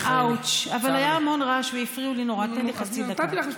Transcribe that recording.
חברת הכנסת מיכאלי.